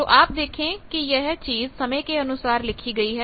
तो आप देखें कि यह चीज समय के अनुसार लिखी गई है